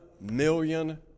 million